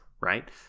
right